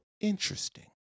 interesting